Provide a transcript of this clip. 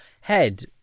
head